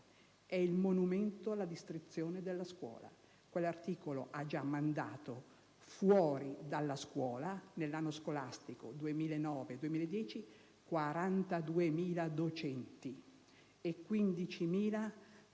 è il monumento alla distruzione della scuola. Quell'articolo ha già mandato fuori dalla scuola, nell'anno scolastico 2009-2010, 42.000 docenti e 15.000